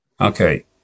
Okay